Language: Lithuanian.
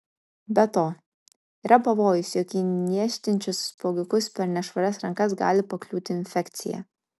be to yra pavojus jog į niežtinčius spuogiukus per nešvarias rankas gali pakliūti infekcija